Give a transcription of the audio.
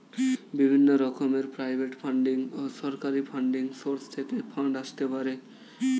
বিভিন্ন রকমের private funding ও সরকারি ফান্ডিং সোর্স থেকে ফান্ড আসতে পারে